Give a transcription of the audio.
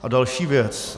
A další věc.